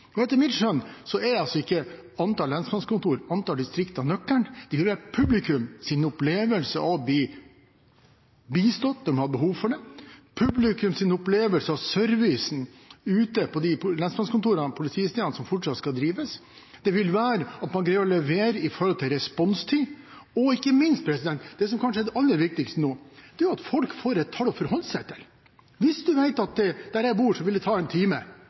Etter mitt skjønn er ikke antall lensmannskontor eller antall distrikter nøkkelen. Det er publikums opplevelse av å bli bistått når de har behov for det, publikums opplevelse av servicen ute på de lensmannskontorene og de politistedene som fortsatt skal drives. Det vil være at man greier å levere med hensyn til responstid, og ikke minst det som kanskje er det aller viktigste nå – at folk får et tall å forholde seg til. Hvis man vet at der man bor, vil det ta en time,